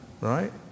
right